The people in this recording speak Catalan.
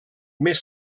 més